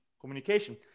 Communication